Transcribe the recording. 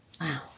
wow